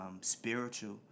spiritual